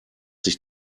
sich